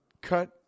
cut